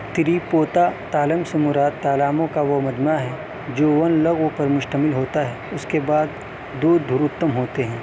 تریپوتا تالم سے مراد تالاموں کا وہ مجمع ہے جو ان لوگوں پر مشتمل ہوتا ہے اس کے بعد دودھروتم ہوتے ہیں